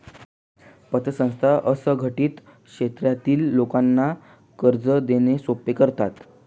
पतसंस्था असंघटित क्षेत्रातील लोकांना कर्ज देणे सोपे करतात